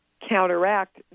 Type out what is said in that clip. counteract